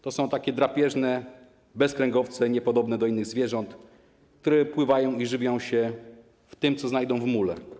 To są takie drapieżne bezkręgowce, niepodobne do innych zwierząt, które pływają i żywią się tym, co znajdą w mule.